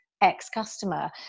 ex-customer